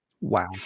Wow